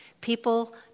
People